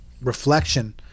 reflection